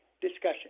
discussion